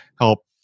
help